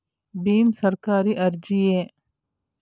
ಭೀಮ್ ಸರ್ಕಾರಿ ಅರ್ಜಿಯೇ?